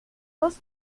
dos